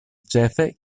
ĉefe